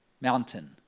mountain